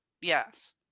Yes